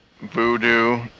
Voodoo